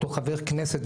אותו חבר כנסת,